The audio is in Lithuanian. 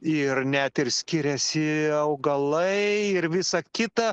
ir net ir skiriasi augalai ir visa kita